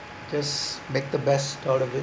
just make the best out of it